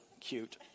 cute